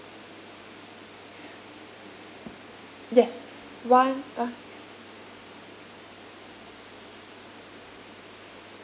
yes one ah